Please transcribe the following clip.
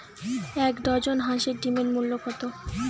এক ডজন হাঁসের ডিমের মূল্য কত?